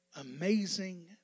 amazing